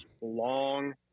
long